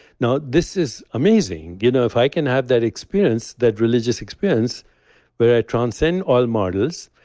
now this is amazing, you know if i can have that experience, that religious experience where i transcend all models,